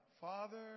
Father